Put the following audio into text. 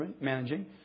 managing